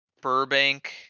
Burbank